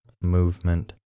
movement